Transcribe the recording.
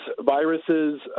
viruses